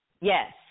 Yes